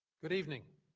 good evening.